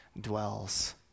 dwells